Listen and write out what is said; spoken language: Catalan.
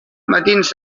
matins